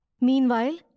Meanwhile